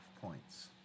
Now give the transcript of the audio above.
points